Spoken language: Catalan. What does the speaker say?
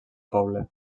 poble